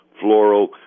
floral